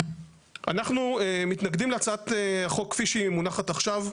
אנחנו מתנגדים להצעת החוק כפי שהוא מונחת עכשיו,